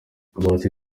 bahati